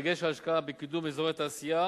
בדגש על השקעה בקידום אזורי התעשייה